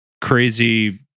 crazy